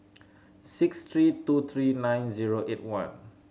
six three two three nine zero eight one